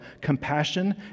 compassion